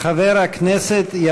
כץ, בבקשה,